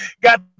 got